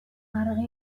marge